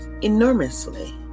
enormously